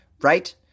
right